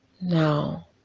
Now